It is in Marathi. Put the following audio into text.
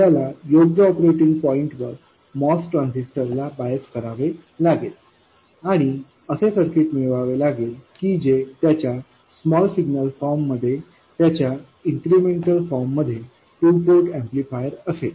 आपल्याला योग्य ऑपरेटिंग पॉईंटवर MOS ट्रान्झिस्टर ला बायस करावे लागेल आणि असे सर्किट मिळवावे लागेल की जे त्याच्या स्मॉल सिग्नल फॉर्ममध्ये त्याच्या इन्क्रिमेंटल फॉर्ममध्ये टु पोर्ट एम्पलीफायर असेल